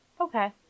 Okay